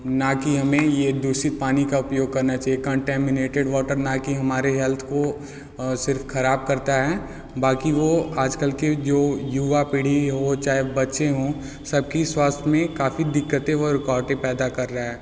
ना कि हमें ये दूषित पानी का उपयोग करना चाहिए कन्टैमिनेटेड वॉटर ना कि हमारे हेल्थ को सिर्फ़ खराब करता है बाकी वो आजकल के जो यु युवा पीढ़ी हो चाहे बच्चे हों सबकी स्वास्थ्य में काफ़ी दिक़्क़तें और रुकावटें पैदा कर रहा है